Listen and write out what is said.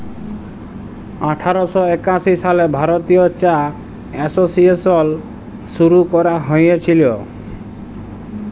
আঠার শ একাশি সালে ভারতীয় চা এসোসিয়েশল শুরু ক্যরা হঁইয়েছিল